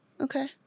Okay